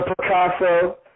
Picasso